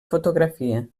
fotografia